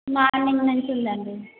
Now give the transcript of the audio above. morning నుంచి ఉందండి